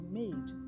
made